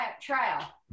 trial